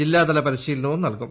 ജില്ലാതല പരിശീലനവും നല്കും